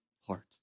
heart